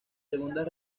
segundas